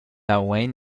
aaiún